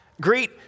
Greet